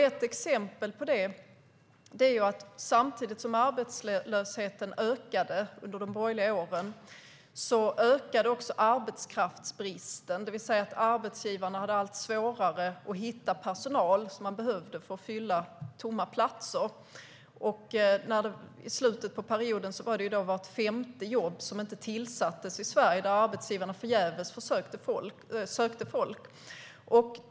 Ett exempel på det är: Samtidigt som arbetslösheten ökade under de borgerliga åren ökade arbetskraftsbristen. Arbetsgivarna hade allt svårare att hitta personal för att fylla tomma platser. I slutet av perioden var det vart femte jobb som inte tillsattes i Sverige. Arbetsgivarna sökte förgäves folk.